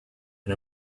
and